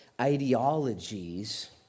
ideologies